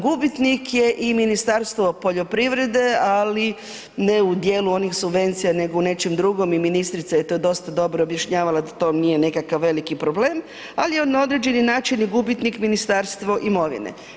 Gubitnik je i Ministarstvo poljoprivrede ali ne u dijelu onih subvencija nego u nečem drugom i ministrica je to dosta dobro objašnjavala da to nije nekakav veliki problem ali je na određeni način i gubitnik Ministarstvo imovine.